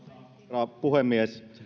arvoisa herra puhemies